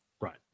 Right